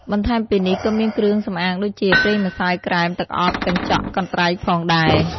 បន្ថែមពីនេះ ក៏មានគ្រឿងសំអាងដូចជា ប្រេងម្សៅ ក្រេម ទឹកអប កញ្ចក់ កន្ត្រៃផងដែរ។